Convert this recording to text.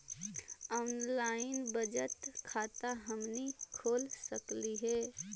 Online बचत खाता हमनी खोल सकली हे?